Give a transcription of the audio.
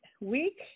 week